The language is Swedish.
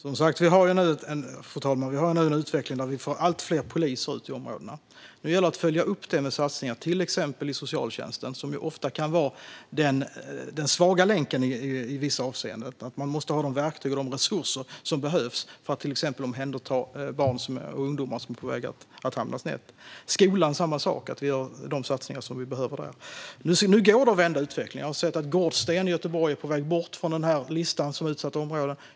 Fru talman! Vi har nu en utveckling som innebär att vi får allt fler poliser ute i områdena. Nu gäller det att följa upp detta med satsningar till exempel inom socialtjänsten, som ofta kan vara den svaga länken i vissa avseenden. Man måste ha de verktyg och resurser som behövs för att till exempel omhänderta barn och ungdomar som är på väg att hamna snett. Detsamma gäller skolan - vi måste göra de satsningar som behövs där. Det går att vända utvecklingen. Jag har sett att Gårdsten i Göteborg är på väg bort från listan över utsatta områden.